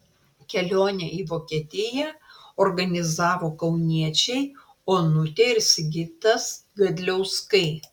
kelionę į vokietiją organizavo kauniečiai onutė ir sigitas gadliauskai